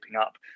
up